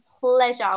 pleasure